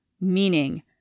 meaning